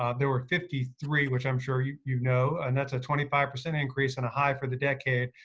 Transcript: ah there were fifty three, which i'm sure you you know. and that's a twenty five percent increase in a high for the decade,